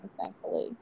thankfully